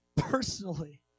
Personally